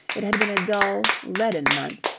it had been a dull, leaden month,